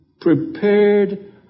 prepared